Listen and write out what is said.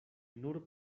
nur